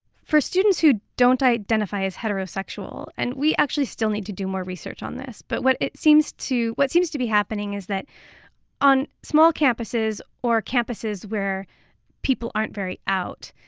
for students who don't identify as heterosexual, and we actually still need to do more research on this, but what it seems to what seems to be happening is that on small campuses or campuses where people aren't very out,